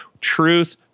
truth